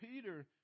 Peter